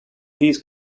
these